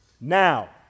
now